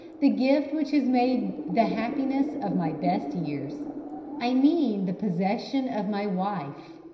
the gift which has made the happiness of my best years i mean the possession of my wife,